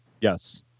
Yes